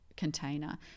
container